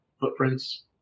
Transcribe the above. footprints